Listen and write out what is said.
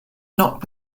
not